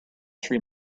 three